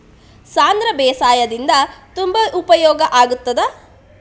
ಸಾಂಧ್ರ ಬೇಸಾಯದಿಂದ ತುಂಬಾ ಉಪಯೋಗ ಆಗುತ್ತದಾ?